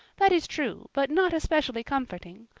that is true but not especially comforting.